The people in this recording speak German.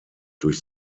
durch